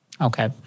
Okay